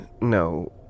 No